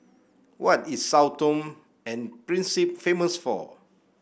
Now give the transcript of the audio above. what is Sao Tome and Principe famous for